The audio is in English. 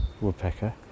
woodpecker